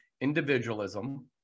individualism